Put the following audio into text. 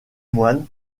moine